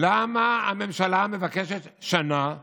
למה הממשלה מבקשת שנה שלמה?